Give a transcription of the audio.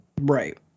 Right